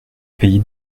pays